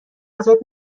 ازت